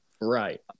Right